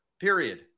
Period